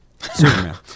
superman